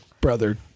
brother